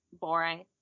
boring